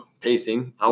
pacing